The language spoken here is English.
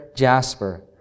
Jasper